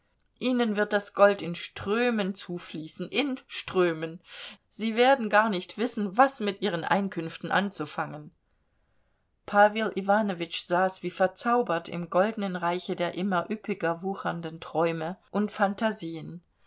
ihnen wird das gold in strömen zufließen in strömen sie werden gar nicht wissen was mit ihren einkünften anzufangen pawel iwanowitsch saß wie verzaubert im goldenen reiche der immer üppiger wuchernden träume und phantasien